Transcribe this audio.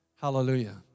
hallelujah